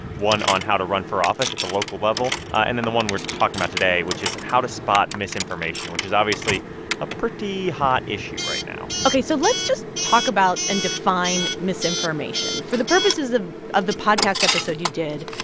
one on how to run for office at the local level, and then the one we're talking about today, which is how to spot misinformation, which is obviously a pretty hot issue right now ok, so let's just talk about and define misinformation. for the purposes of of the podcast episode you did,